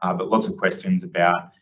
um but lots of questions about,